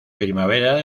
primavera